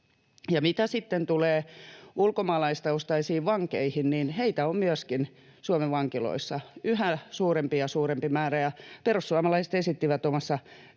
sitten tulee ulkomaalaistaustaisiin vankeihin, niin heitä on myöskin Suomen vankiloissa yhä suurempi ja suurempi määrä. Perussuomalaiset esittivät omassa